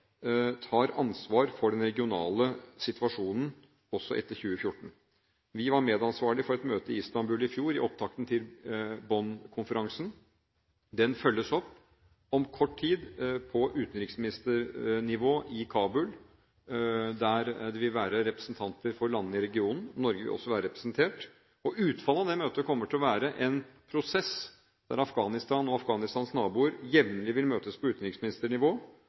tar ansvar for den regionale situasjonen også etter 2014. Vi var medansvarlig for et møte i Istanbul i fjor i opptakten til Bonn-konferansen. Den følges opp om kort tid på utenriksministernivå i Kabul der det vil være representanter for landene i regionen – Norge vil også være representert. Utfallet av det møtet kommer til å være en prosess der Afghanistan og Afghanistans naboer jevnlig vil møtes på utenriksministernivå